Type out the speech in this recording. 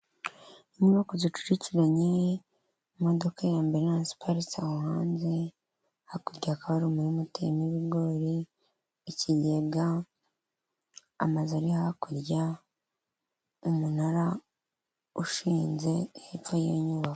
Inyubako zicucikiranye, imodoka ya ambiranse iparitse aho hanze, hakurya hakaba hari umurima uteyemo ibigori, ikigega, amazu ari hakurya, umunara ushinze hepfo y'iyo nyubako.